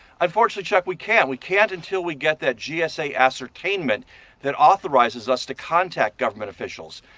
unfortunately chuck, we can't. we can't until we get that gsa ascertainment that authorizes us to contact government officials.